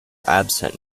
absent